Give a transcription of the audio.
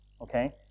okay